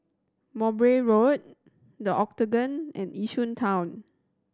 Mowbray Road The Octagon and Yishun Town